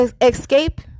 Escape